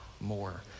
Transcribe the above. more